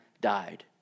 died